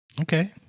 Okay